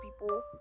people